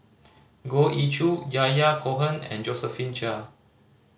Goh Ee Choo Yahya Cohen and Josephine Chia